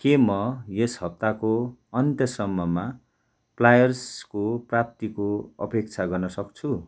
के म यस हप्ताको अन्त्यसम्ममा प्लायर्सको प्राप्तिको अपेक्षा गर्नसक्छु